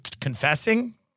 confessing